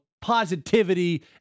positivity